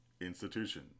Institution